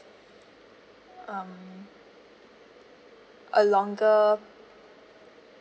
um a longer